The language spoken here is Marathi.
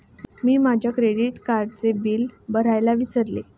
मी माझ्या क्रेडिट कार्डचे बिल भरायला विसरले